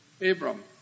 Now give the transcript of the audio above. Abram